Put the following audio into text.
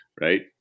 right